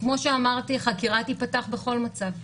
כמו שאמרתי, חקירה תיפתח בכל מצב.